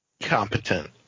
Competent